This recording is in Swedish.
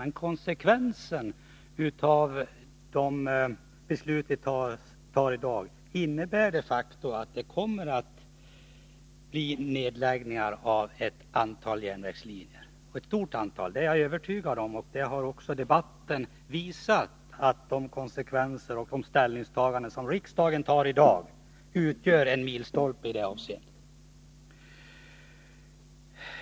Men konsekvensen av det beslut som vi tar i dag är de facto att det blir nedläggningar av ett stort antal järnvägslinjer; det är jag övertygad om, och det har också debatten visat. De ställningstaganden som riksdagen gör i dag utgör en milstolpe i det avseendet. Jag skall i mitt inlägg beröra motion 1586 av mig själv, Karl Boo och Birgitta Hambraeus.